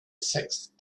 sixth